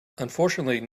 unfortunately